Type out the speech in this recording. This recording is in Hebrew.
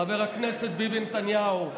חבר הכנסת ביבי נתניהו,